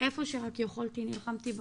איפה שרק יכולתי נלחמתי.